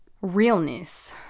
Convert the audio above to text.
Realness